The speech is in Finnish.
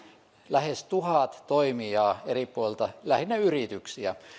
lähes tuhat toimijaa eri puolilta lähinnä yrityksiä